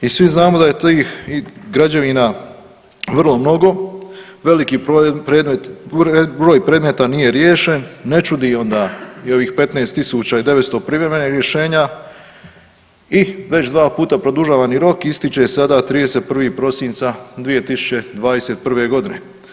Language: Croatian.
I svi znamo da je tih građevina vrlo mnogo, veliki broj predmeta nije riješen, ne čudi onda i ovih 15 tisuća i 900 privremenih rješenja i već dva puta produžavani rok ističe sada 31. prosinca 2021. godine.